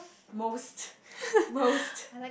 most most